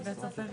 טל)